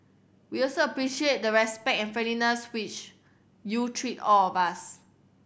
we also appreciate the respect and friendliness which you treat all of us